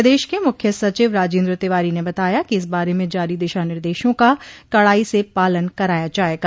प्रदेश के मुख्य सचिव राजेन्द्र तिवारी ने बताया कि इस बारे में जारी दिशा निर्देशों का कड़ाई से पालन कराया जायेगा